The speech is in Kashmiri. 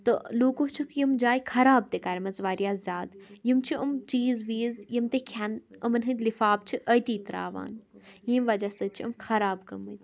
تہٕ لوٗکو چھِکھ یِم جایہِ خراب تہِ کَرِمَژٕ واریاہ زیادٕ یِم چھِ یِم چیٖز ویٖز یِم تہِ کھٮ۪ن یِمَن ہٕنٛدۍ لِفاف چھِ أتی ترٛاوان ییٚمہِ وجہ سۭتۍ چھِ یِم خراب گٲمٕتۍ